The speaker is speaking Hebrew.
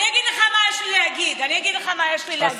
אני אגיד לך מה יש לי להגיד,